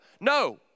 No